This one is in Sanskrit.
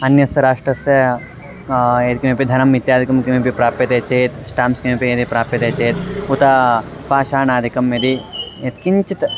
अन्यस्य राष्ट्रस्य यत्किमपि धनम् इत्यादिकं किमपि प्राप्यते चेत् स्टाम्प्स् किमपि यदि प्राप्यते चेत् उत पाषाणादिकं यदि यत्किञ्चित्